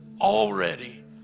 already